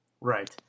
right